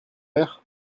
père